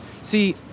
See